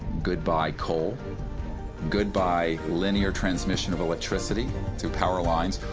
goodbye coal goodbye linear transmission of electricity through power lines.